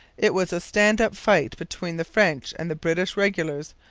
it was a stand-up fight between the french and the british regulars,